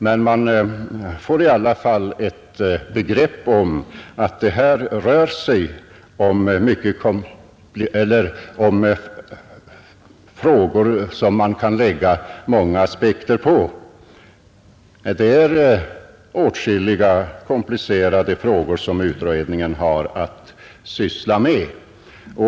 Men när man läser direktiven får man i alla fall ett begrepp om att det här rör sig om frågor som det kan läggas många aspekter på. Det är åtskilliga komplicerade frågor som utredningen har att syssla med.